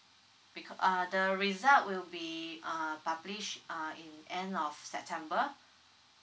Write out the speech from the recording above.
bec~ uh the result will be uh publish uh in end of september